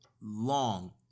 long